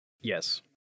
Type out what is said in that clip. Yes